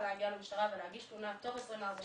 להגיע למשטרה ולהגיש תלונה תוך 24 שעות,